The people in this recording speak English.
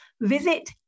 Visit